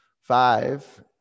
Five